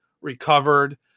recovered